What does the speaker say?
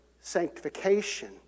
sanctification